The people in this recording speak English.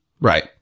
right